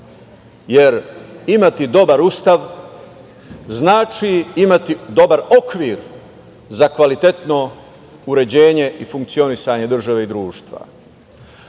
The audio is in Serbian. jer imati dobar Ustav, znači imati dobar okvir za kvalitetno uređenje i funkcionisanje države i društva. Ali,